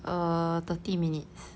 err thirty minutes